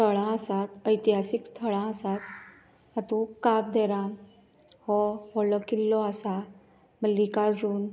थळां आसात ऐैतिहासीक थळां आसात हातूंत काब दे राम हो व्हडलो किल्लो आसा मल्लिकार्जून